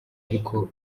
ariko